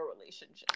relationship